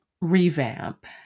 revamp